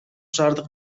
шаардык